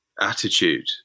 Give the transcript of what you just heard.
attitude